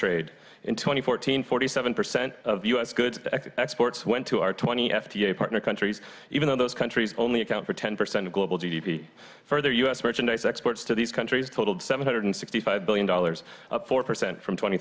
trade in twenty fourteen forty seven percent of u s goods exports went to our twenty f d a partner countries even though those countries only account for ten percent of global g d p further u s merchandise exports to these countries totaled seven hundred sixty five billion dollars up four percent from twenty